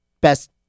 best